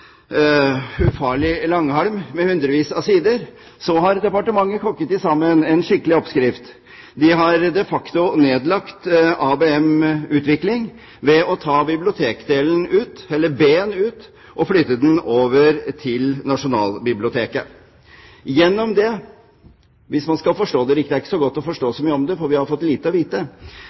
har departementet «kokket» sammen en skikkelig oppskrift. De har de facto nedlagt ABM-utvikling ved å ta bibliotekdelen, eller B-en, ut og flytte den over til Nasjonalbiblioteket. Gjennom det, hvis man har forstått det riktig – det er ikke så godt å forstå så mye av det, for vi har fått lite å vite